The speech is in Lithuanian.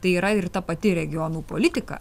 tai yra ir ta pati regionų politika